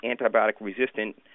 antibiotic-resistant